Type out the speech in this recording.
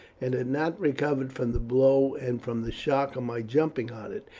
and had not recovered from the blow and from the shock of my jumping on it,